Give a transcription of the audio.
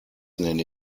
nenne